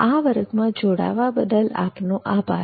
આ વર્ગમાં જોડાવવા બદલ આપનો આભાર